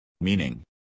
Meaning